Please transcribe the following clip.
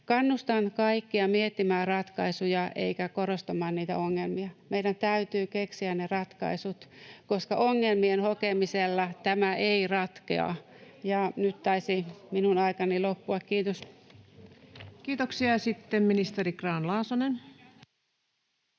Kannustan kaikkia miettimään ratkaisuja eikä korostamaan niitä ongelmia. Meidän täytyy keksiä ne ratkaisut, koska ongelmien hokemisella tämä ei ratkea. [Krista Kiuru: Samaa mieltä ollaan!] — Nyt taisi minun aikani